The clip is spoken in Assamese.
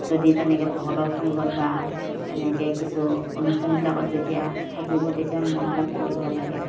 যদি তেনেকে ভকতৰ সংগত বা তেনেকে কিছু অনুষ্ঠানবিলাকত যেতিয়া থাকিব তেতিয়া মনবিলাক পবিত্ৰ লাগে